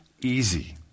easy